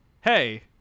Hey